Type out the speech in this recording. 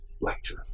lecture